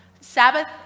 Sabbath